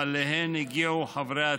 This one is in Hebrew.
שאליהן הגיעו חברי הצוות.